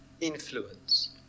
influence